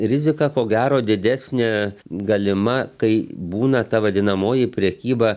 rizika ko gero didesnė galima kai būna ta vadinamoji prekyba